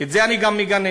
את זה אני גם מגנה.